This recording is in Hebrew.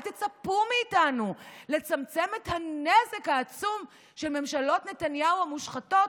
אל תצפו מאיתנו לצמצם את הנזק העצום של ממשלות נתניהו המושחתות,